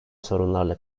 sorunlarla